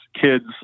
kids